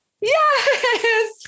Yes